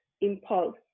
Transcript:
impulse